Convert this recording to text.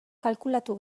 kalkulatu